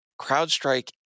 CrowdStrike